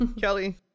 Kelly